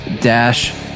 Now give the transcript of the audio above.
Dash